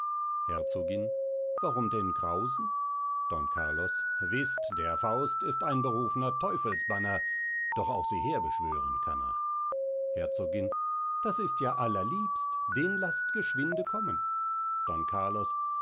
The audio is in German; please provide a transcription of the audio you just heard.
herzogin warum denn grausen don carlos wißt der faust ist ein berufner teufelsbanner doch auch sie herbeschwören kann er herzogin das ist ja allerliebst den laßt geschwinde kommen don carlos